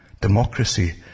Democracy